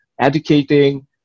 educating